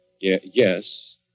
Yes